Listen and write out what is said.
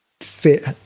fit